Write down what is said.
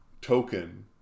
token